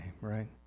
right